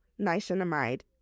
niacinamide